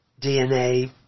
DNA